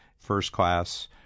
first-class